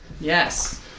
yes